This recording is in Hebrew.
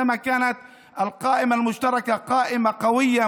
כאשר הרשימה המשותפת הייתה רשימה חזקה,